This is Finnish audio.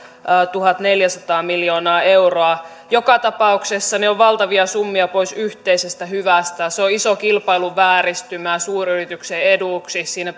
tuhatneljäsataa miljoonaa euroa joka tapauksessa ne ovat valtavia summia pois yhteisestä hyvästä ja se on iso kilpailuvääristymä suuryrityksen eduksi siinä